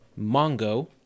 Mongo